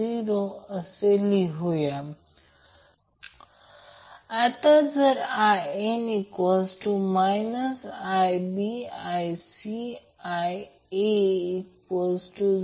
जर असेच केले तर याचा अर्थ Vab अँगल 0° म्हणजे cos 0 आणि त्याचप्रमाणे हे एक cos 120 j sin 120 o